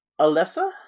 Alessa